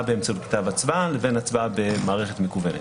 באמצעות כתב הצבעה לבין הצבעה במערכת מקוונת.